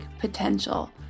potential